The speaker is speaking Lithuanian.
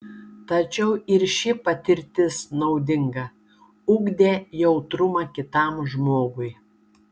tačiau ir ši patirtis naudinga ugdė jautrumą kitam žmogui